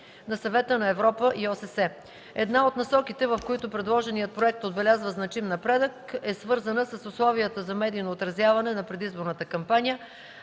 на Съвета на Европа и ОССЕ. Една от насоките, в които предложеният проект отбелязва значим напредък, е свързана с условията за медийно отразяване на предизборната кампания